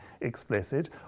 explicit